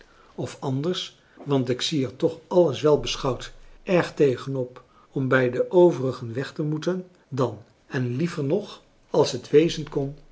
of anders want ik zie er toch alles wel beschouwd erg tegen op om bij de overigen weg te moeten dan en liever nog als t wezen kon